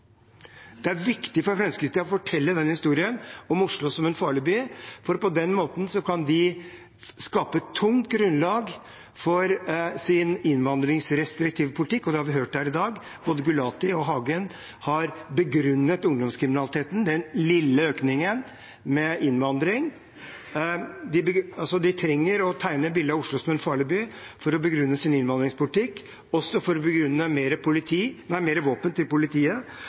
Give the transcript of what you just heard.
Det er viktig for Fremskrittspartiet å fortelle historien om Oslo som en farlig by, for på den måten kan de skape tungt grunnlag for sin innvandringsrestriktive politikk, og det har vi hørt her i dag; både representanten Gulati og representanten Hagen har begrunnet ungdomskriminaliteten – den lille økningen – med innvandring. De trenger å tegne et bilde av Oslo som en farlig by for å begrunne sin innvandringspolitikk og for å begrunne mer våpen til politiet, men også for å begrunne